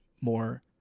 more